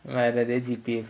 whatever the G_P_A